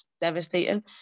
devastating